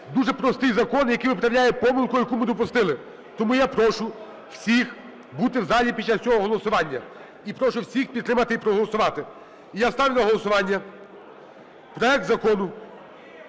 дуже простий закон, який виправляє помилку, яку ми допустили. Тому я прошу всіх бути в залі під час цього голосування. І прошу всіх підтримати і проголосувати. І я ставлю на голосування проект Закону